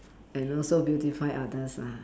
and also beautify others lah